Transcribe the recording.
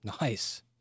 Nice